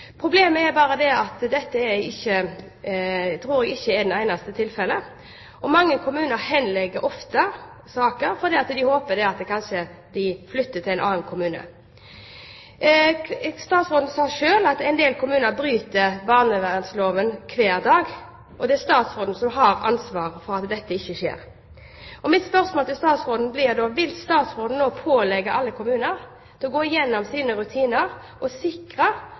Problemet er bare at jeg tror ikke dette er de eneste tilfellene. Mange kommuner henlegger ofte saker fordi de håper at en kanskje flytter til en annen kommune. Statsråden sa selv at en del kommuner bryter barnevernsloven hver dag. Det er statsråden som har ansvaret for at dette ikke skjer. Mitt spørsmål til statsråden blir da: Vil statsråden nå pålegge alle kommuner å gå gjennom sine rutiner og sikre